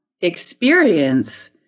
experience